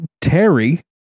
Terry